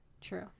True